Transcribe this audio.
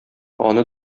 аны